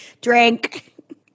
Drink